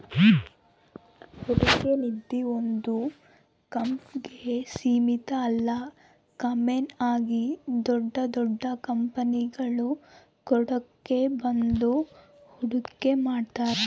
ಹೂಡಿಕೆ ನಿಧೀ ಒಂದು ಕಂಪ್ನಿಗೆ ಸೀಮಿತ ಅಲ್ಲ ಕಾಮನ್ ಆಗಿ ದೊಡ್ ದೊಡ್ ಕಂಪನಿಗುಳು ಕೂಡಿಕೆಂಡ್ ಬಂದು ಹೂಡಿಕೆ ಮಾಡ್ತಾರ